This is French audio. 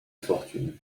fortune